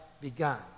begun